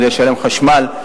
כדי לשלם עבור חשמל,